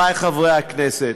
חברי חברי הכנסת,